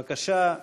בבקשה,